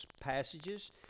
passages